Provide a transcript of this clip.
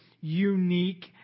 unique